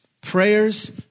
Prayers